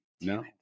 No